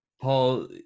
Paul